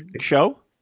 show